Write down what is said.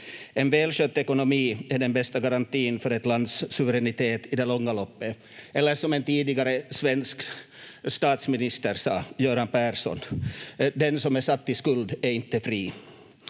En välskött ekonomi är den bästa garantin för ett lands suveränitet i det långa loppet. Eller som en tidigare svensk statsminister, Göran Persson, sade: Den som är satt i skuld är inte fri.